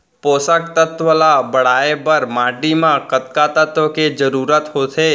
पोसक तत्व ला बढ़ाये बर माटी म कतका तत्व के जरूरत होथे?